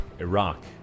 Iraq